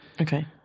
Okay